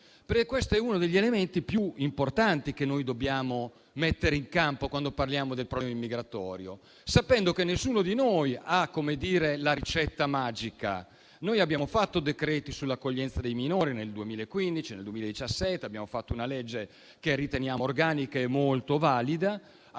perché questo è uno degli elementi più importanti che dobbiamo mettere in campo quando parliamo del problema migratorio, sapendo che nessuno di noi ha la ricetta magica. Noi abbiamo fatto decreti-legge sull'accoglienza dei minori nel 2015 e nel 2017; abbiamo fatto una legge che riteniamo organica e molto valida; abbiamo fatto numerosi interventi